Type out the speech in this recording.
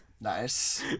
Nice